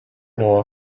know